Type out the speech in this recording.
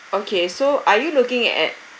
okay so are you looking at